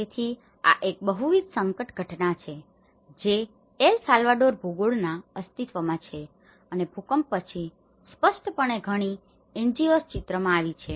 તેથી આ એક બહુવિધ સંકટ ઘટના છે જે એલ સાલ્વાડોર ભૂગોળમાં અસ્તિત્વમાં છે અને ભૂકંપ પછી સ્પષ્ટપણે ઘણી NGOs ચિત્રમાં આવી છે